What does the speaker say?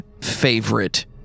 favorite